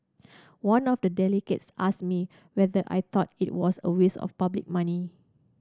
one of the delegates asked me whether I thought it was a waste of public money